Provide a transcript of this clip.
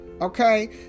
okay